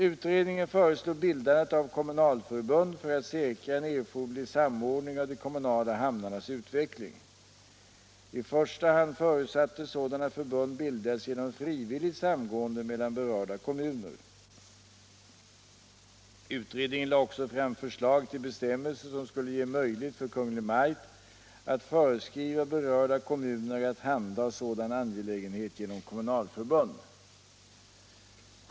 Utredningen föreslog bildandet av kommunalförbund för att säkra en erforderlig samordning av de kommunala hamnarnas utveckling. I första hand förutsattes sådana förbund bildas genom frivilligt samgående mellan berörda kommuner. Utredningen lade också fram förslag till bestämmelser som skulle ge möjlighet för Kungl. Maj:t att föreskriva berörda kommuner att handha sådan angelägenhet genom kommunalförbund.